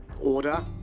Order